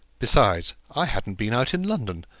besides, i hadn't been out in london,